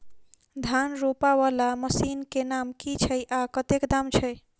धान रोपा वला मशीन केँ नाम की छैय आ कतेक दाम छैय?